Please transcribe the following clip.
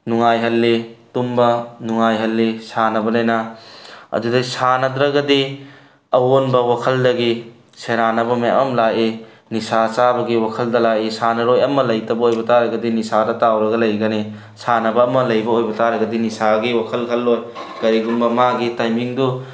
ꯅꯨꯡꯉꯥꯏꯍꯜꯂꯤ ꯇꯨꯝꯕ ꯅꯨꯡꯉꯥꯏꯍꯜꯂꯤ ꯁꯥꯟꯅꯕꯅꯤꯅ ꯑꯗꯨꯗꯩ ꯁꯥꯟꯅꯗ꯭ꯔꯒꯗꯤ ꯑꯑꯣꯟꯕ ꯋꯥꯈꯜꯗꯒꯤ ꯁꯦꯔꯥꯟꯅꯕ ꯃꯌꯥꯝ ꯑꯃ ꯂꯥꯛꯏ ꯅꯤꯁꯥ ꯆꯥꯕꯒꯤ ꯋꯥꯈꯜꯗ ꯂꯥꯛꯏ ꯁꯥꯟꯅꯔꯣꯏ ꯑꯃ ꯂꯩꯇꯕ ꯑꯣꯏꯕ ꯇꯥꯔꯒꯗꯤ ꯅꯤꯁꯥꯗ ꯇꯥꯎꯔꯒ ꯂꯩꯒꯅꯤ ꯁꯥꯟꯅꯕ ꯑꯃ ꯂꯩꯕ ꯑꯣꯏꯕ ꯇꯥꯔꯒꯗꯤ ꯅꯤꯁꯥꯒꯤ ꯋꯥꯈꯜ ꯈꯜꯂꯣꯏ ꯀꯔꯤꯒꯨꯝꯕ ꯃꯥꯒꯤ ꯇꯥꯏꯃꯤꯡꯗꯨ